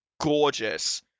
gorgeous